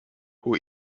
who